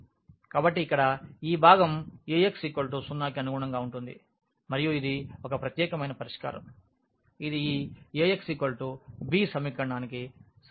కాబట్టి ఇక్కడ ఈ భాగం Ax0కి అనుగుణంగా ఉంటుంది మరియు ఇది ఒక ప్రత్యేకమైన పరిష్కారం ఇది ఈ Axb సమీకరణానికి సమానంగా ఉంటుంది